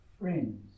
friends